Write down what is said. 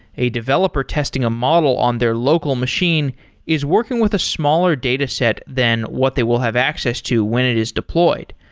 a developer testing a model on their local machine is working with a smaller data set than what they will have access to when it is deployed.